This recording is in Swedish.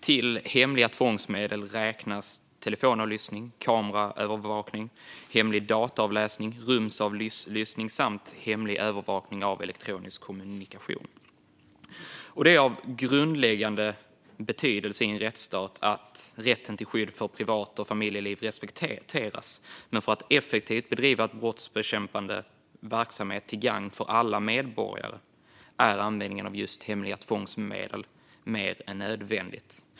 Till hemliga tvångsmedel räknas telefonavlyssning, kameraövervakning, hemlig dataavläsning, rumsavlyssning samt hemlig övervakning av elektronisk kommunikation. Det är av grundläggande betydelse i en rättsstat att rätten till skydd för privat och familjeliv respekteras, men för att effektivt bedriva brottsbekämpande verksamhet till gagn för alla medborgare är användningen av just hemliga tvångsmedel mer än nödvändig.